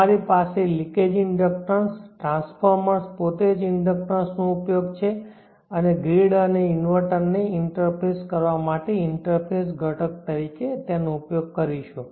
અમારી પાસે leakage inductor transformers પોતે જ ઇન્ડક્ટન્સનો ઉપયોગ છે અને ગ્રીડ અને ઇન્વર્ટરને ઇન્ટરફેસ કરવા માટે ઇન્ટરફેસ ઘટક તરીકે તેનો ઉપયોગ કરીશું